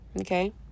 Okay